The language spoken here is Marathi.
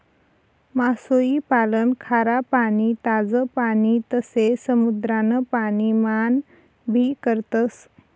मासोई पालन खारा पाणी, ताज पाणी तसे समुद्रान पाणी मान भी करतस